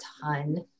ton